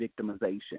victimization